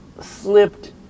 slipped